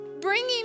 Bringing